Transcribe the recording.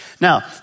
Now